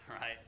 right